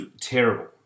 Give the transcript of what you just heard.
terrible